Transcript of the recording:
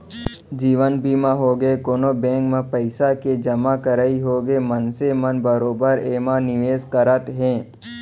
जीवन बीमा होगे, कोनो बेंक म पइसा के जमा करई होगे मनसे मन बरोबर एमा निवेस करत हे